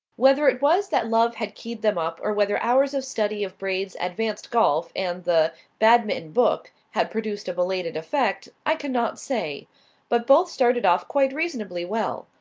whether it was that love had keyed them up, or whether hours of study of braid's advanced golf and the badminton book had produced a belated effect, i cannot say but both started off quite reasonably well.